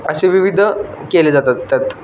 असे विविध केले जातात त्यात